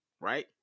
right